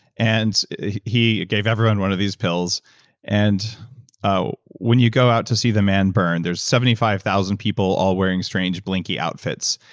and he gave everyone one of these pills and ah when you go out to see the man burn there's seventy five thousand people all wearing strange blinky outfits,